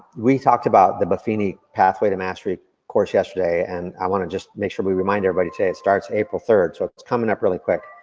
we talked about the buffini pathway to mastery course yesterday, and i wanna just make sure we remind everybody today, it starts april third. so it's coming up really quick.